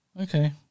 Okay